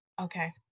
Okay